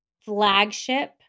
flagship